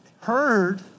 heard